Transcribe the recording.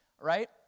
right